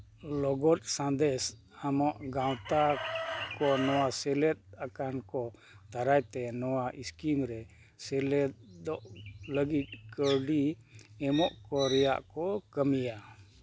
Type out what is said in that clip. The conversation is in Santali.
ᱞᱚᱜᱚᱫ ᱥᱟᱸᱫᱮᱥ ᱮᱢᱚᱜ ᱜᱟᱶᱛᱟ ᱠᱚ ᱱᱚᱣᱟ ᱥᱮᱞᱮᱫ ᱟᱠᱟᱱ ᱠᱚ ᱫᱟᱨᱟᱭ ᱛᱮ ᱱᱚᱣᱟ ᱥᱠᱤᱢ ᱨᱮ ᱥᱮᱞᱮᱫᱚᱜ ᱞᱟᱹᱜᱤᱫ ᱠᱟᱹᱣᱰᱤ ᱮᱢᱚᱜ ᱠᱚ ᱨᱮᱭᱟᱜ ᱠᱚ ᱠᱟᱹᱢᱤᱭᱟ